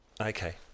okay